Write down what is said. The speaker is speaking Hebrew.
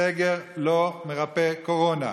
סגר לא מרפא קורונה.